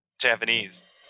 Japanese